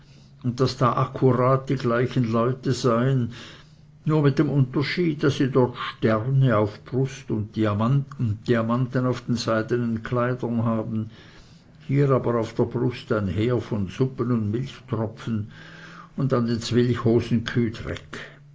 und daß da akkurat die gleichen leute seien nur mit dem unterschied daß sie dort sterne auf der brust und diamanten auf den seidenen kleidern haben hier aber auf der brust ein heer von suppen und milchtropfen und an den zwilchhosen